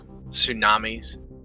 tsunamis